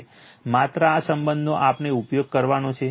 માત્ર આ સંબંધનો આપણે ઉપયોગ કરવાનો છે